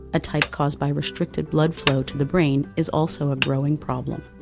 a type caused by restricted blood flow to the brain, is also a growing problem.